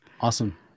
awesome